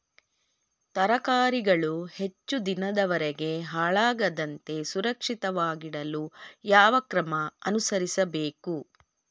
ತರಕಾರಿಗಳು ಹೆಚ್ಚು ದಿನದವರೆಗೆ ಹಾಳಾಗದಂತೆ ಸುರಕ್ಷಿತವಾಗಿಡಲು ಯಾವ ಕ್ರಮ ಅನುಸರಿಸಬೇಕು?